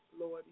Lord